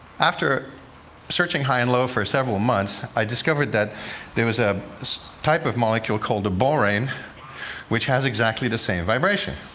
after searching high and low for several months, i discovered that there was a type of molecule called a borane which has exactly the same vibration.